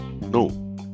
No